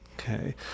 Okay